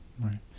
right